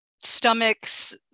stomachs